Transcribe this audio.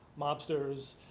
mobsters